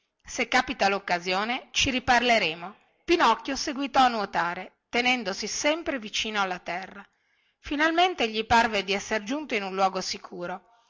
se capita loccasione ci riparleremo pinocchio seguitò a nuotare tenendosi sempre vicino alla terra finalmente gli parve di esser giunto in un luogo sicuro